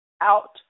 out